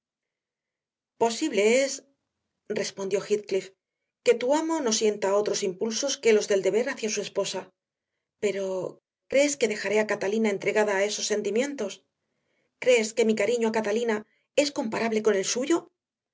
posible es respondió heathcliff que tu amo no sienta otros impulsos que los del deber hacia su esposa pero crees que dejaré a catalina entregada a esos sentimientos crees que mi cariño a catalina es comparable con el suyo